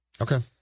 okay